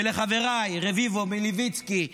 ולחבריי רביבו, מלביצקי ופורר,